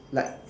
like